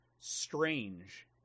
strange